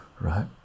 right